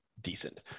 decent